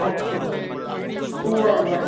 अच्छा न न